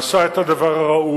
הוא עשה את הדבר הראוי,